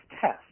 test